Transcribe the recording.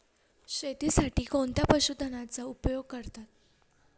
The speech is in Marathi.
शेतीसाठी कोणत्या पशुधनाचा उपयोग करतात?